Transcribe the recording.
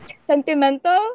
sentimental